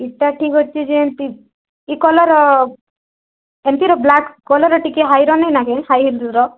ଫିତା ଠିକ୍ ଅଛି ଯେ ଏନ୍ତି କଲର୍ ଏମିତିର ବ୍ଲାକ୍ କଲର୍ ଟିକେ ହାଇର ନାହିଁ ନାଇ କେ ହାଇ ହିଲ୍ର